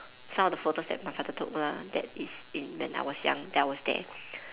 some of the photos that my father took lah that is in when I was young that I was there